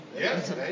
Yes